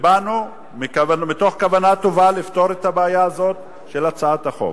ובאנו מתוך כוונה טובה לפתור את הבעיה הזאת בהצעת החוק.